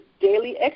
daily